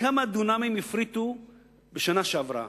דונמים הפריטו בשנה שעברה?